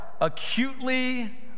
acutely